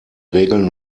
regeln